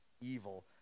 evil